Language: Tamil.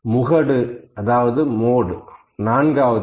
முகடு அதாவது மோடு 4